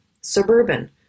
suburban